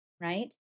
right